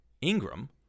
Ingram